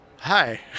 Hi